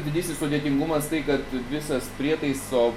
didysis sudėtingumas tai kad visas prietaiso